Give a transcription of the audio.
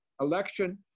election